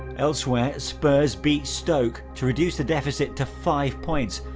elsewhere, spurs beat stoke to reduce the deficit to five points.